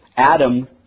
Adam